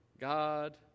God